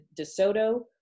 DeSoto